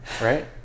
right